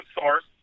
source